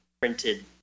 printed